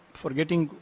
forgetting